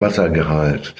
wassergehalt